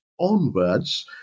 onwards